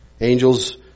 Angels